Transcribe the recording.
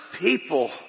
people